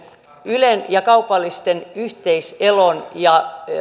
ylen ja kaupallisten yhteiselon ja